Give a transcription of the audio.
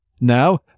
now